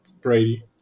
Brady